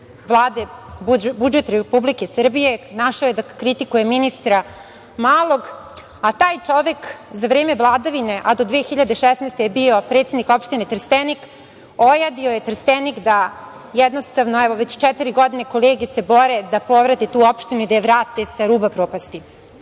budžet Republike Srbije, našao je da kritikuje ministra Malog, a taj čovek za vreme vladavine, a do 2016. godine je bio predsednik opštine Trstenik, ojadio je Trstenik da jednostavno, evo već četiri godine kolege se bore da povrate tu opštinu i da je vrate sa ruba propasti. Morala